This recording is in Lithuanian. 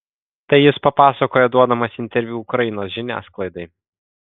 tai jis papasakojo duodamas interviu ukrainos žiniasklaidai